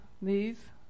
move